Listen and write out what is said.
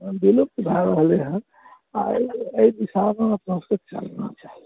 विलुप्त भऽ रहलै हँ आ एहि दिशामे अपना सब चलना चाही